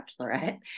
bachelorette